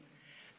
אדוני היושב-ראש.